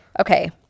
Okay